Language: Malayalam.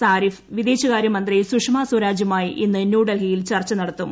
സാരിഫ് വിദേശകാര്യമന്ത്രി സുഷമ സ്വരാജുമായി ഇന്ന് ന്യൂഡൽഹിയിൽ ചർച്ച നടത്തും